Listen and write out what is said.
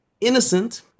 innocent